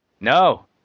No